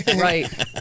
Right